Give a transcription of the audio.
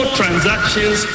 transactions